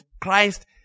Christ